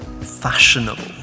fashionable